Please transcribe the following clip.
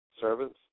Servants